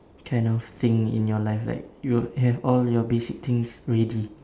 kind of thing in your life like you have all your basic things ready